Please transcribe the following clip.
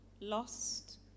lost